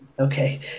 Okay